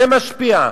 זה משפיע.